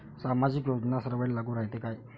सामाजिक योजना सर्वाईले लागू रायते काय?